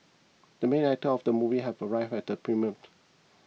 the main actor of the movie have arrived at the premiere